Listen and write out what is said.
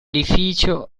edificio